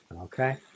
okay